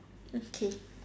okay